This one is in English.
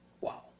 Wow